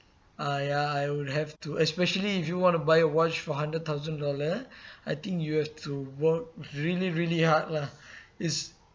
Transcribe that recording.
ah ya I would have to especially if you want to buy a watch for hundred thousand dollar I think you have to work really really hard lah is